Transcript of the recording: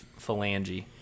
phalange